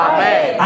Amen